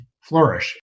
flourish